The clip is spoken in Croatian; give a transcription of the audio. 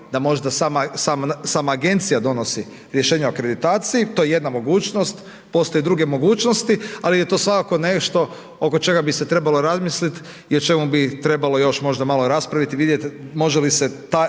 da možda sama agencija donosi rješenje o akreditaciji, to je jedna mogućnost, postoje druge mogućnosti ali je to svakako nešto oko čega bi se trebalo razmisliti i o čemu bi trebalo još možda malo i raspraviti, vidjeti može li se taj